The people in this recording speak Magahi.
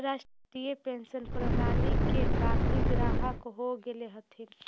राष्ट्रीय पेंशन प्रणाली के काफी ग्राहक हो गेले हथिन